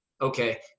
okay